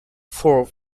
for